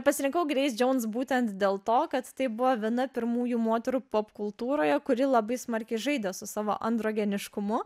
pasirinkau greis jones būtent dėl to kad tai buvo viena pirmųjų moterų popkultūroje kuri labai smarkiai žaidė su savo androgeniškumu